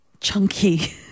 Chunky